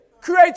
Create